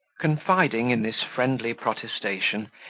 confiding in this friendly protestation,